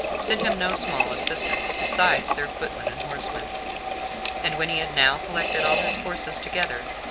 sent him no small assistance, besides their footmen and horsemen and when he had now collected all his forces together,